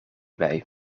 bij